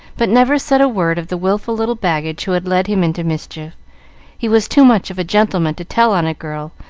but never said a word of the wilful little baggage who had led him into mischief he was too much of a gentleman to tell on a girl,